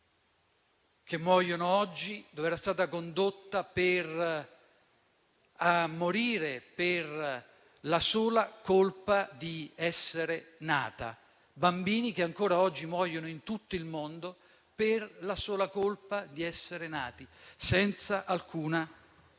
che muoiono oggi - a morire per la sola colpa di essere nata. Bambini che ancora oggi muoiono in tutto il mondo per la sola colpa di essere nati, senza alcuna ragione.